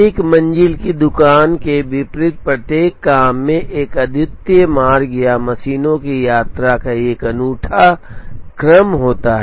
एक मंजिल की दुकान के विपरीत प्रत्येक काम में एक अद्वितीय मार्ग या मशीनों की यात्रा का एक अनूठा क्रम होता है